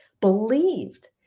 Believed